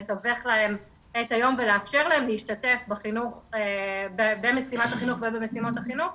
לתווך להם את היום ולאפשר להם להשתתף במשימת החינוך אותן